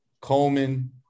Coleman